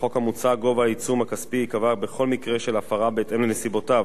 בחוק המוצע גובה העיצום הכספי ייקבע בכל מקרה של הפרה בהתאם לנסיבותיו,